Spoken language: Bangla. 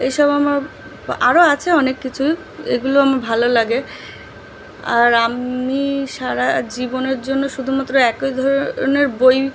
এসব আমার আরো আছে অনেক কিছুই এগুলো আমার ভালো লাগে আর আমি সারা জীবনের জন্য শুধুমাত্র একই ধরনের বই